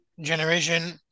generation